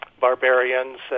barbarians